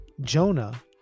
Jonah